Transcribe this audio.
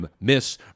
Miss